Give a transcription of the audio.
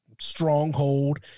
stronghold